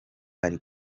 ari